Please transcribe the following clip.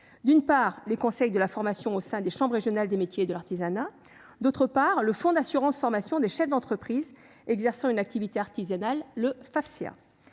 d'une part, les conseils de la formation (CDF), au sein des chambres régionales de métiers et de l'artisanat (CRMA) ; d'autre part, le fonds d'assurance formation des chefs d'entreprise exerçant une activité artisanale (Fafcea).